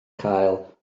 cael